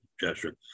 gesture